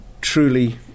truly